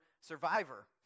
Survivor